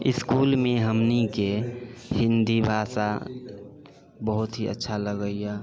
इसकुलमे हमनिके हिन्दी भाषा बहुत ही अच्छा लगैए